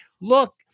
Look